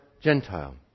Gentile